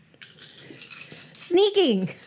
Sneaking